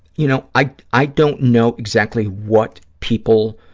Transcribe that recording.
you know, i i don't know exactly what people,